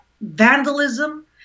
vandalism